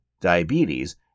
diabetes